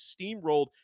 steamrolled